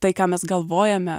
tai ką mes galvojame